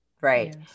right